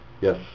Yes